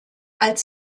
als